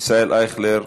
ישראל אייכלר,